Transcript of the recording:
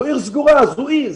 זו עיר סגורה, זה אי.